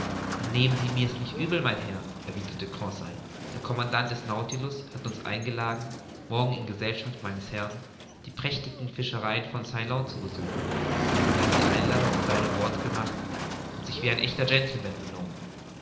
nehmen sie's nicht übel mein herr erwiderte conseil der commandant des nautilus hat uns eingeladen morgen in gesellschaft meines herrn die prächtigen fischereien von ceylon zu besuchen er hat die einladung in seinen worten gemacht und sich wie ein echter gentleman benommen